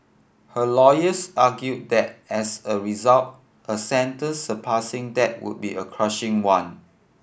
her lawyers argued that as a result a sentence surpassing that would be a crushing one